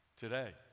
Today